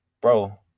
bro